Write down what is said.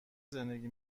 زندگی